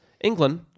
England